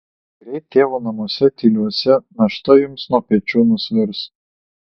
greit tėvo namuose tyliuose našta jums nuo pečių nusvirs